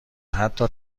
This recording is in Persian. حتی